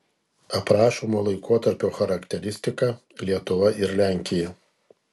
aprašomo laikotarpio charakteristika lietuva ir lenkija